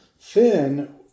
thin